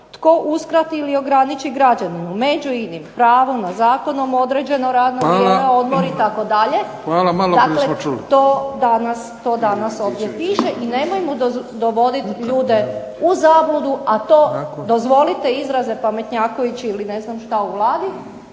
„Tko uskrati ili ograniči građaninu među inim pravo na zakonom određeno radno vrijeme, odmor, itd.“ dakle to danas ovdje piše i nemojmo dovoditi ljude u zabludu, a to dozvoliti izraze pametnjakovići ili ne znam što u Vladi,